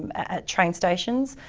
at train stations,